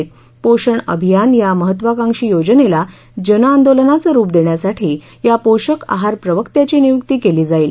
पोषण अभियान या महत्त्वाकांक्षी योजनेला जन आंदोलनाच रूप देण्यासाठी या पोषक आहार प्रवक्त्याची नियूक्ती केली जाईल